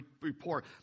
report